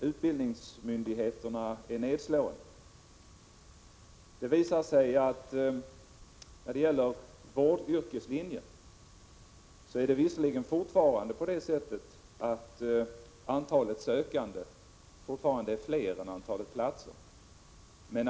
Utbildningarnas organisation, dimensionering och resursfördelning är också frågor som skall analyseras i detta arbete.